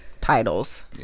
titles